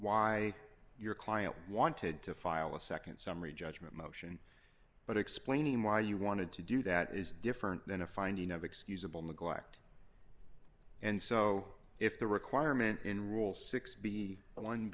why your client wanted to file a nd summary judgment motion but explaining why you wanted to do that is different than a finding of excusable neglect and so if the requirement in rule six b one